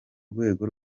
rwego